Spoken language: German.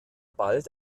bald